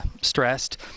stressed